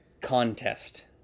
Contest